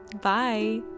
Bye